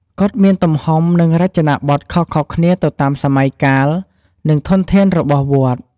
កុដិមានទំហំ និងរចនាបថខុសៗគ្នាទៅតាមសម័យកាល និងធនធានរបស់វត្ត។